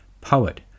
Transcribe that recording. Poet